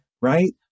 right